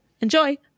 Enjoy